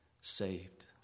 Saved